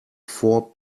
four